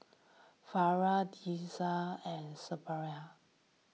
Farah Deris and Suraya